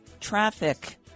traffic